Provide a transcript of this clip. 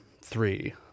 three